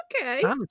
Okay